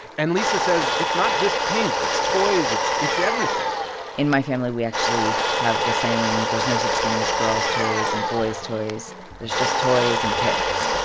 and lisa says it's not just pink it's toys it's it's everything in my family, we actually have the saying, there's no such thing as girls' toys and boys' toys there's just toys and kids